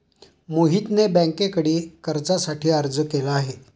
मोहितने बँकेकडे कर्जासाठी अर्ज केला आहे